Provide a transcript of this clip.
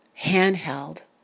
handheld